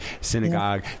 synagogue